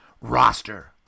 roster